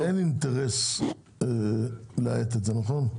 לחברת החשמל אין אינטרס להאט את זה, נכון?